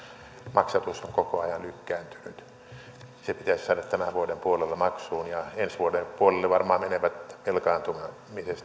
maksatus on koko ajan lykkääntynyt se pitäisi saada tämän vuoden puolella maksuun ja ensi vuoden puolelle varmaan menevät velkaantumisesta